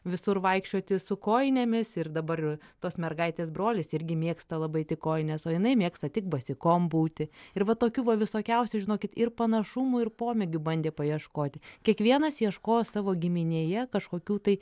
visur vaikščioti su kojinėmis ir dabar tos mergaitės brolis irgi mėgsta labai tik kojines o jinai mėgsta tik basikom būti ir va tokių va visokiausių žinokit ir panašumų ir pomėgių bandė paieškoti kiekvienas ieško savo giminėje kažkokių tai